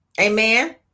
Amen